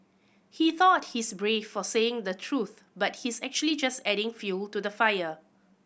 he thought he's brave for saying the truth but he's actually just adding fuel to the fire